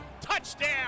Touchdown